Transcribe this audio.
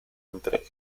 entre